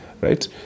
Right